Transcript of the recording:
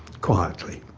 quietly,